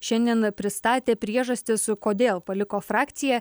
šiandien pristatė priežastis kodėl paliko frakciją